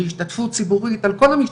ובשנות הקורונה הן לא ויתרו,